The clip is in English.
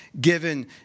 given